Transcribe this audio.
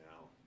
now